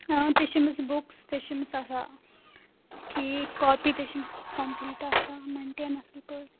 آ تے چھُ أمِس بُکٕس تہِ چھِ أمِس آسان ٹھیٖک کاپی تہِ چھِ أمِس کَمپُلیٖٹ آسان مینٹین اَصٕل پٲٹھۍ